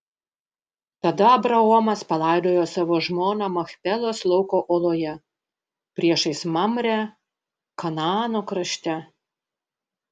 tada abraomas palaidojo savo žmoną machpelos lauko oloje priešais mamrę kanaano krašte